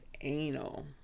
anal